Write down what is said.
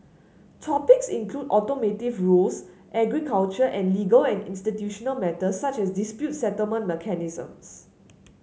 topics include automotive rules agriculture and legal and institutional matters such as dispute settlement mechanisms